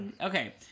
Okay